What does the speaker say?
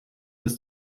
des